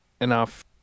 enough